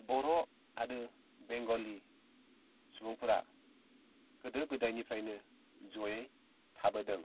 बर' आरो बेंगलि सुबुंफोरा गोदो गोदायनिफ्रायनो जयै थाबोदों